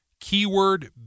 keyword